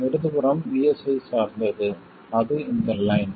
இடது புறம் VS ஐச் சார்ந்தது அது இந்த லைன்